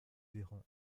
véran